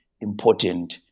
important